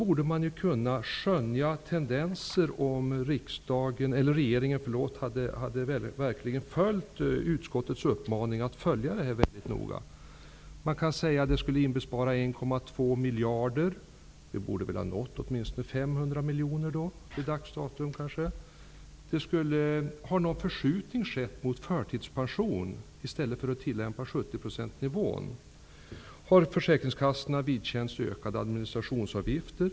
Om regeringen verkligen har följt utskottets uppmaning att noga följa detta borde man kunna skönja tendenser. Denna sänkning skulle inbespara 1,2 miljarder. Då borde man till dags dato åtminstone ha uppnått 500 Har det skett någon förskjutning så till vida att man i stället för att tillämpa 70-procentsnivån tar ut förtidspension? Har försäkringskassorna vidkänts ökade administrationskostnader?